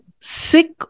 sick